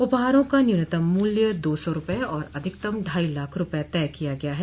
उपहारों का न्यूनतम मूल्य दो सौ रूपये और अधिकतम ढाई लाख रूपये तय किया गया है